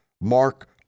mark